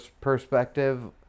perspective